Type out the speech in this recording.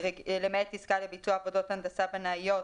למעט עסקה לביצוע עבודות הנדסה בנאיות,